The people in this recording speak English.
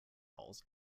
halls